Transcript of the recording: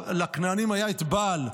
לכנענים היה את בעל,